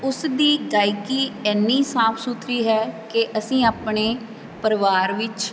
ਉਸ ਦੀ ਗਾਇਕੀ ਇੰਨੀ ਸਾਫ ਸੁਥਰੀ ਹੈ ਕਿ ਅਸੀਂ ਆਪਣੇ ਪਰਿਵਾਰ ਵਿੱਚ